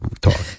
talk